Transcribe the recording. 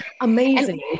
Amazing